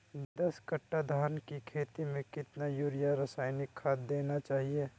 दस कट्टा धान की खेती में कितना यूरिया रासायनिक खाद देना चाहिए?